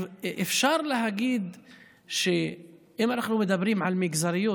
אם אנחנו מדברים על מגזריות,